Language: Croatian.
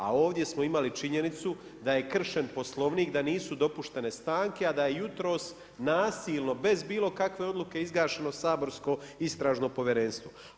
A ovdje smo imali činjenicu da je kršen Poslovnik, da nisu dopuštene stanke, a da je jutros, nasilno, bez bilo kakve odluke izgašeno saborsko istražno povjerenstvo.